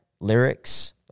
lyrics